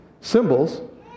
symbols